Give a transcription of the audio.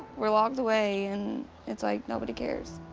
we're locked away, and it's like nobody cares.